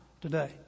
today